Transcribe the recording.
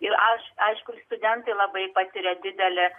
ir aš aišku studentai labai patiria didelį